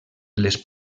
les